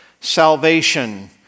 salvation